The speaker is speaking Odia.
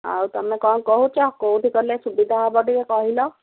ଆଉ ତୁମେ କ'ଣ କହୁଛ ଆଉ କୋଉଠି କଲେ ସୁବିଧା ହେବ ଟିକେ କହିଲ